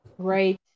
Right